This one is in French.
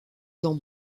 dans